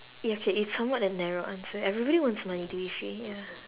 okay it's somewhat a narrow answer everybody wants money to be free ya